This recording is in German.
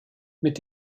mit